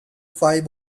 five